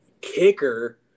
Kicker